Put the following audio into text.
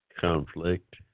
conflict